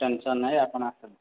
tension ନାହିଁ ଆପଣ ଆସନ୍ତୁ